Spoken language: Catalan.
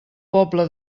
poble